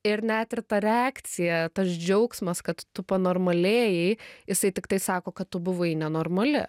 ir net ir ta reakcija tas džiaugsmas kad tu panormalėjai jisai tiktai sako kad tu buvai nenormali